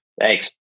Thanks